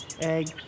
egg